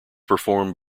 performed